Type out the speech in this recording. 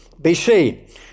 BC